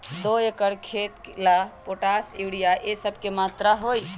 दो एकर खेत के ला पोटाश, यूरिया ये सब का मात्रा होई?